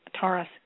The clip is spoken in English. Taurus